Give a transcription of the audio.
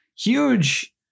huge